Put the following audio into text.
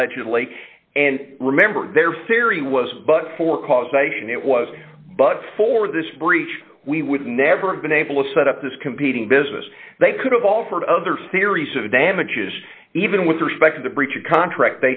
allegedly and remember their theory was but for causation it was but for this breach we would never have been able to set up this competing business they could have offered other theories of damages even with respect to breach of contract